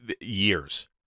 years